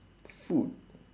food